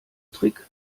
trick